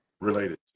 Related